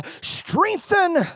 strengthen